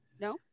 No